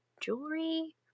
jewelry